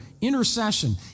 intercession